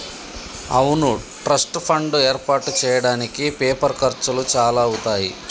అవును trust fund ఏర్పాటు చేయడానికి పేపర్ ఖర్చులు చాలా అవుతాయి